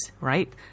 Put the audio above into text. right